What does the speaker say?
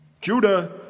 Judah